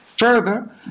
Further